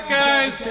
guys